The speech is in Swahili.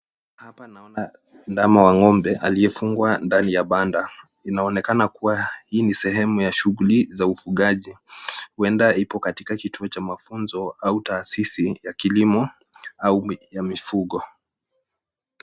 Hapa naona ndama wa ng’ombe, aliyefungwa ndani ya banda. Inaonekana kuwa hii ni sehemu ya shughuli za ufugaji, huenda ipo katika kituo cha mafunzo au taasisi ya kilimo au ya mifugo.